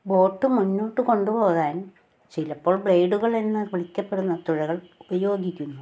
boat മുന്നോട്ട് കൊണ്ടുപോകാൻ ചിലപ്പോൾ ബ്ലേഡുകൾ എന്ന് വിളിക്കപ്പെടുന്ന തുഴകൾ ഉപയോഗിക്കുന്നു